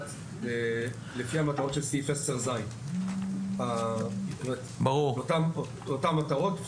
נקלט לפי המטרות של סעיף 10ז. אותן מטרות.